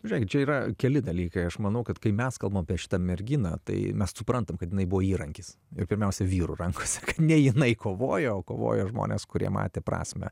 pažiūrėkim čia yra keli dalykai aš manau kad kai mes kalbam apie šitą merginą tai mes suprantam kad jinai buvo įrankis ir pirmiausia vyrų rankose ne jinai kovojo kovojo žmonės kurie matė prasmę